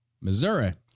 Missouri